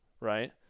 Right